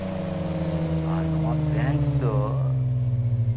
ᱟᱨ ᱱᱚᱣᱟ ᱵᱮᱝᱠ ᱫᱚ